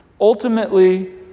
Ultimately